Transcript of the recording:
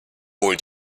wohl